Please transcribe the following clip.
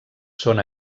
són